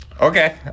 Okay